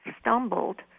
stumbled